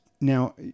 Now